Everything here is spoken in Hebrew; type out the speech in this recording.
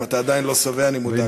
אם אתה עדיין לא שבע אני מודאג.